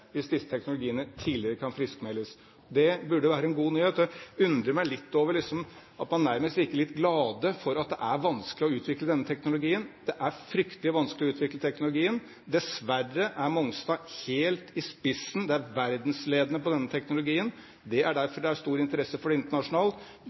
hvis disse teknologiene tidligere kan friskmeldes, og det burde være en god nyhet. Jeg undrer meg litt over at man nærmest virker litt glad for at det er vanskelig å utvikle denne teknologien. Det er fryktelig vanskelig å utvikle teknologien. Dessverre er Mongstad helt i spissen – de er verdensledende på denne teknologien. Det er